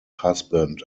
husband